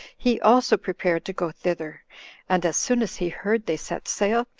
he also prepared to go thither and as soon as he heard they set sail,